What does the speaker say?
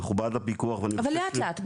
אנחנו בעד הפיקוח -- אבל לאט לאט,